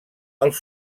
els